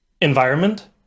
environment